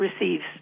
receives